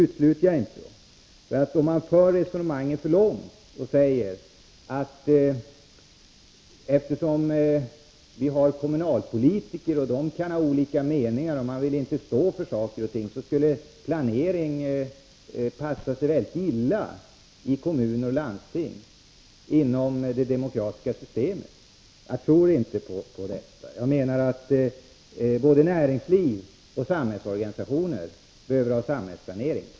Det är dock att föra resonemanget för långt, om man säger att eftersom vi har kommunalpolitiker och de kan ha olika meningar och inte vill stå för saker och ting, så skulle planering passa väldigt illa i kommuner och landsting inom det demokratiska systemet. Jag tror inte på detta. Jag menar att både näringsliv och samhällsorganisationer behöver ha samhällsplanering.